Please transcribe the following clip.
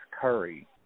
Curry